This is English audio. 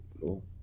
Cool